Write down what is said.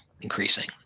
increasing